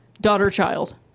daughter-child